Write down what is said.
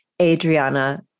Adriana